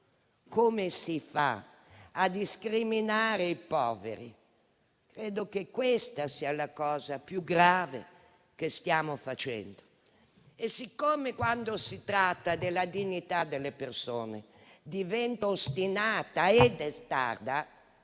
Come si fa a discriminare i poveri? Credo che questa sia la cosa più grave che stiamo facendo e siccome quando si tratta della dignità delle persone divento ostinata e testarda,